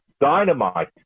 dynamite